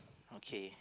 okay